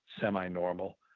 semi-normal